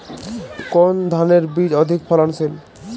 কোন ধানের বীজ অধিক ফলনশীল?